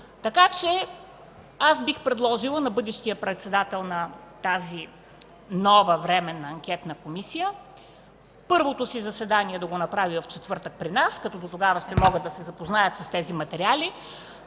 Така че аз бих предложила на бъдещия председател на тази нова временна анкетна комисия първото си заседание да го направи в четвъртък при нас, като дотогава ще могат да се запознаят с тези материали,